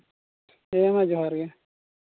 ᱦᱮᱸ ᱢᱟ ᱡᱚᱦᱟᱨ ᱜᱮ